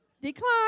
Decline